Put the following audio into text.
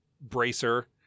bracer